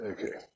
Okay